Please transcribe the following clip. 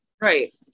Right